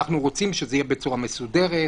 אנחנו רוצים שזה יהיה בצורה מסודרת,